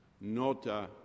Nota